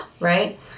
right